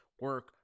Work